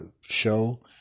show